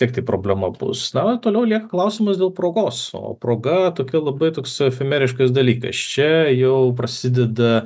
vis tiek tai problema bus na man toliau lieka klausimas dėl progos o proga tokia labai toks efemeriškas dalykas čia jau prasideda